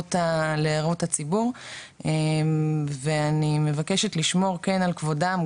לראות הציבור ואני מבקשת לשמור כן על כבודם,